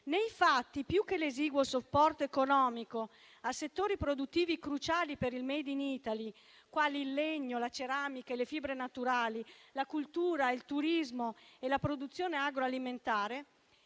Nei fatti, più che l'esiguo supporto economico a settori produttivi cruciali per il *made in Italy*, quali il legno, la ceramica e le fibre naturali, la cultura, il turismo e la produzione agroalimentare,